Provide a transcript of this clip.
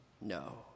No